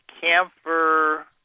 camphor